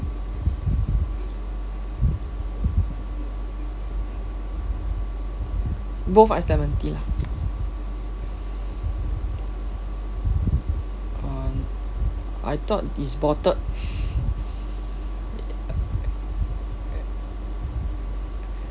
both ice lemon tea lah um I thought is bottled